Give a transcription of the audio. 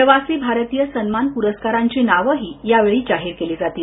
प्रवासी भारतीय सन्मान पुरस्कारांची नावेही जाहीर केली जातील